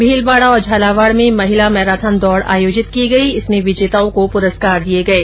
भीलवाडा और झालावाड में महिला मैराथन दौड आयोजित की गई जिसमें विजेताओं को पुरस्कार दिये गये